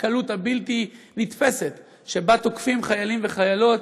הקלות הבלתי-נתפסת שבה תוקפים חיילים וחיילות,